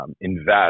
invest